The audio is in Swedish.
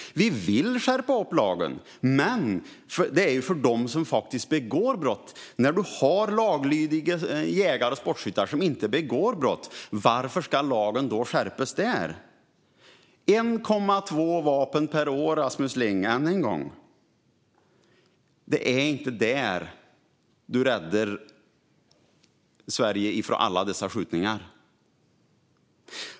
Vi vill skärpa lagen, men det är för dem som faktiskt begår brott. Varför ska lagen skärpas för laglydiga jägare och sportskyttar som inte begår brott? Än en gång, Rasmus Ling: 1,2 vapen per år. Det är inte där du räddar Sverige från alla dessa skjutningar.